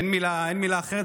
אין מילה אחרת,